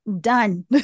done